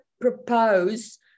propose